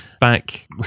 Back